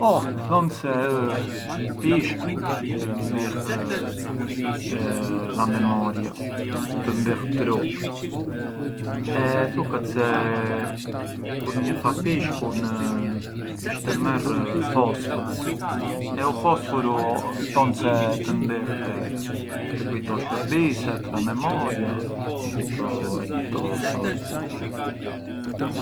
Oh thonë se ë pishku çë ndih la memoria, të ndih trutë, e thuhet se kur një ha pishkun isht e merr fosforu e u fosforu thonë se të ndih të kujtosh shurbiset, la memoria e gjithë këto storie.